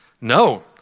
No